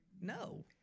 no